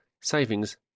savings